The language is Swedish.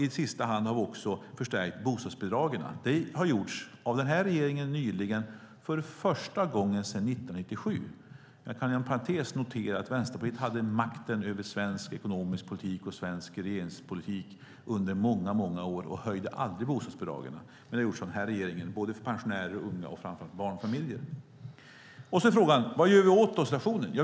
I sista hand har vi förstärkt bostadsbidragen. Det har gjorts nyligen av denna regering, för första gången sedan 1997. Jag kan inom parentes notera att Vänsterpartiet hade makten över svensk ekonomisk politik och svensk regeringspolitik under många år, men då höjdes aldrig bostadsbidragen. Det har gjorts av denna regering, för såväl pensionärer som unga och framför allt barnfamiljer. Då är frågan: Vad gör du åt situationen?